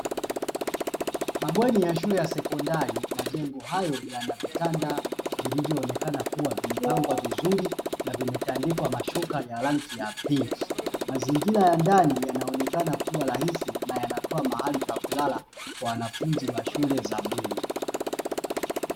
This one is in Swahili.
Mabweni ya shule ya sekondari. Majengo hayo yana vitanda vilivyoonekana kuwa vimepangwa vizuri na vimetandikwa mashuka ya rangi ya pinki, mazingira ya ndani yanaonekana kuwa rahisi na yanatoa mahali pakulala kwa wanafunzi wa shule za bweni.